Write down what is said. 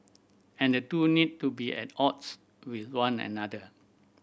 and the two need to be at odds with one another